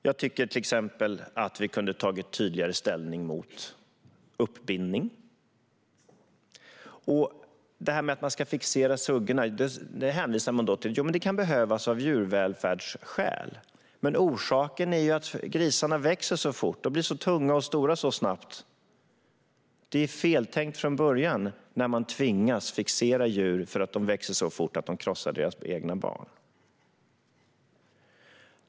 Jag tycker till exempel att vi kunde ha tagit tydligare ställning mot uppbindning. När det gäller detta med att fixera suggorna hänvisar man till att det kan behövas av djurvälfärdsskäl. Men orsaken är ju att grisarna växer så fort och blir så tunga och stora så snabbt. Det är feltänkt från början när man tvingas fixera djur för att de växer så fort att de krossar sina egna barn.